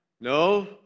No